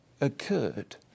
occurred